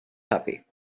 tuppy